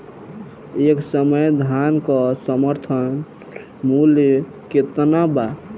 एह समय धान क समर्थन मूल्य केतना बा?